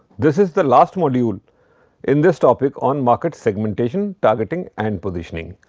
this is the last module in this topic on market segmentation, targeting and positioning.